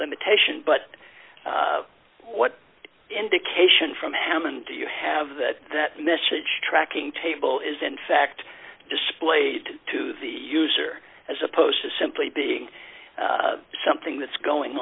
limitation but what indication from amman do you have that that message tracking table is in fact displayed to the user as opposed to simply being something that's going